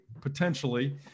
potentially